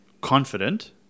confident